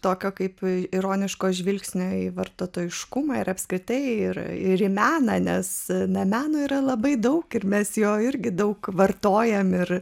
tokio kaip ironiško žvilgsnio į vartotojiškumą ir apskritai ir ir į meną nes ne meno yra labai daug ir mes jo irgi daug vartojame ir